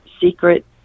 secret